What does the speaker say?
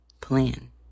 plan